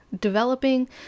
developing